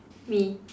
me